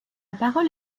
parole